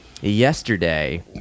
yesterday